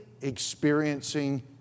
experiencing